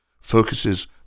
focuses